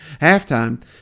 Halftime